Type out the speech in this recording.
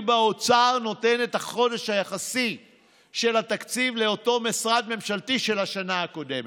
באוצר נותן את החלק היחסי של התקציב לאותו משרד ממשלתי של השנה הקודמת.